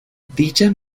dichas